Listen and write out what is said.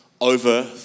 over